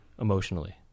emotionally